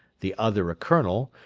the other a colonel,